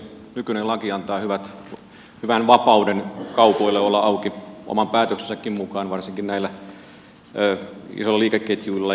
nykyinen laki antaa hyvän vapauden kaupoille olla auki oman päätöksensäkin mukaan varsinkin näille isoille liikeketjuille